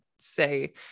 say